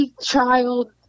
child